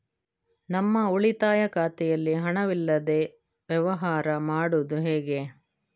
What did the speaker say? ನಮ್ಮ ಉಳಿತಾಯ ಖಾತೆಯಲ್ಲಿ ಹಣವಿಲ್ಲದೇ ವ್ಯವಹಾರ ಮಾಡುವುದು ಹೇಗೆ?